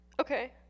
Okay